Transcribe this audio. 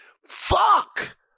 Fuck